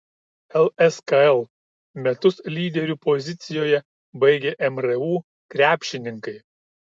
lskl metus lyderių pozicijoje baigė mru krepšininkai